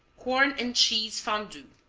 corn and cheese fondue